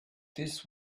this